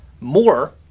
more